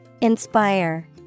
Inspire